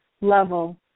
level